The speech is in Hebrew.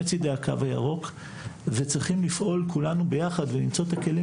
צדי הקו הירוק וצריכים לפעול כולנו ביחד ולמצוא את הכלים